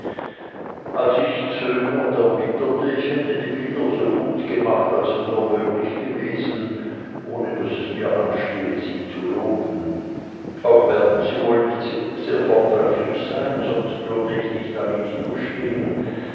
als ich zögernd erwiderte ich hätte die bilder so gut gemacht als es nur möglich gewesen ohne daß es mir anstehe sie zu loben auch werden sie wohl nicht sehr vortrefflich sein sonst würde ich nicht damit hier stehen